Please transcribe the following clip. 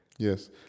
Yes